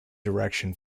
direction